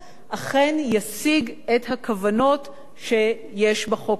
אכן ישיג את הכוונות שיש בחוק עצמו.